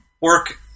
work